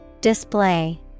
Display